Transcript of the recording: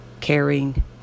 caring